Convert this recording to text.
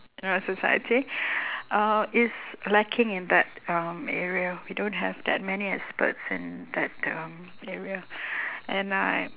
in our society uh is lacking in that um area we don't have that many experts in that um area and I